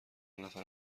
نفر